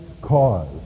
cause